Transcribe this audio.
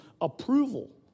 approval